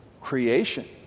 creation